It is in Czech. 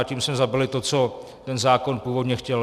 Tím jsme zabili to, co ten zákon původně chtěl.